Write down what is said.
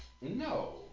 No